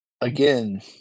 again